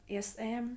SM